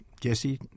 Jesse